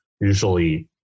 usually